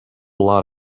lot